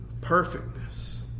perfectness